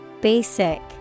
Basic